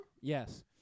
Yes